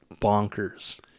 bonkers